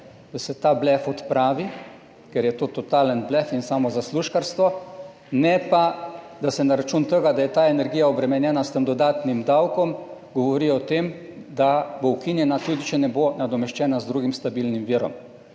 da se ta blef odpravi, ker je to totalen blef in samo zaslužkarstvo. Ne pa, da se na račun tega, da je ta energija obremenjena s tem dodatnim davkom, govori o tem, da bo ukinjena, tudi če ne bo nadomeščena z drugim stabilnim virom.